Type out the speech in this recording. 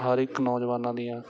ਹਰ ਇੱਕ ਨੌਜਵਾਨਾਂ ਦੀਆਂ